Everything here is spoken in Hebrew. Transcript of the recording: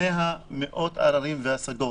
בפניה מאות עררים והשגות.